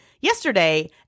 yesterday